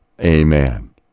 Amen